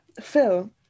Phil